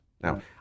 Now